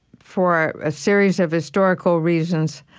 for a series of historical reasons,